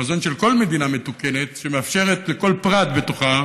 חזון של כל מדינה מתוקנת, שמאפשרת לכל פרט בתוכה